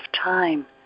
time